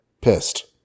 pissed